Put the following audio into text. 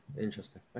Interesting